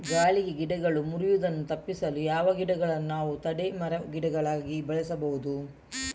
ಗಾಳಿಗೆ ಗಿಡಗಳು ಮುರಿಯುದನ್ನು ತಪಿಸಲು ಯಾವ ಗಿಡಗಳನ್ನು ನಾವು ತಡೆ ಮರ, ಗಿಡಗಳಾಗಿ ಬೆಳಸಬಹುದು?